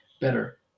better